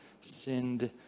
sinned